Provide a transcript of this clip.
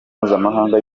mpuzamahanga